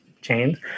chains